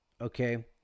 Okay